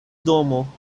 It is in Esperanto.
domo